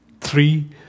Three